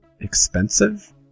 expensive